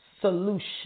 solution